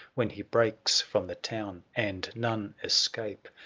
when he breaks from the town and none escape,